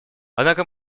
однако